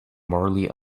morally